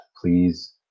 please